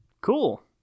Cool